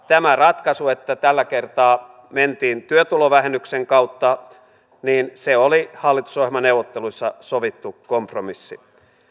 tämä ratkaisu että tällä kertaa mentiin työtulovähennyksen kautta oli hallitusohjelmaneuvotteluissa sovittu kompromissi